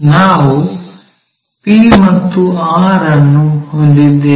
ನಾವು p ಮತ್ತು r ಅನ್ನು ಹೊಂದಿದ್ದೇವೆ